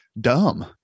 dumb